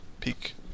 peak